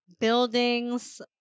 Buildings